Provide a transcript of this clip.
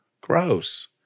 Gross